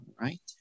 Right